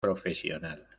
profesional